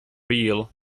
real